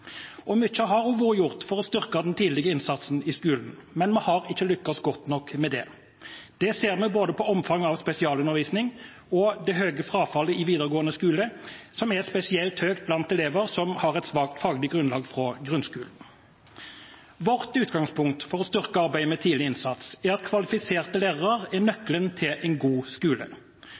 har vært gjort for å styrke den tidlige innsatsen i skolen, men vi har ikke lyktes godt nok med det. Det ser vi på omfanget av spesialundervisning og det høye frafallet i videregående skole, som er spesielt høyt blant elever som har et svakt faglig grunnlag fra grunnskolen. Vårt utgangspunkt for å styrke arbeidet med tidlig innsats er at kvalifiserte lærere er nøkkelen til en god skole.